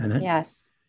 Yes